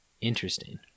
Interesting